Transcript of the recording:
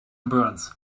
burns